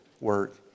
work